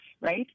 right